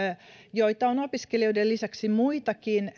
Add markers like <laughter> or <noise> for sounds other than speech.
joita on opiskelijoiden lisäksi muitakin <unintelligible>